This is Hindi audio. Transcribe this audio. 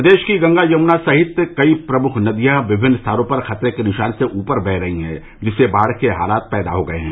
प्रदेश की गंगा यमुना सहित कई प्रमुख नदियां विभिन्न स्थानों पर खतरे के निशान से ऊपर बह रही हैं जिससे बाढ़ के हालात पैदा हो गये हैं